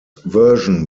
version